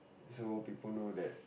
so people know that